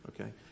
Okay